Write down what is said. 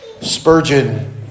Spurgeon